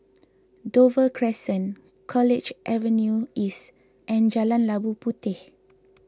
Dover Crescent College Avenue East and Jalan Labu Puteh